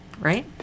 Right